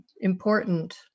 important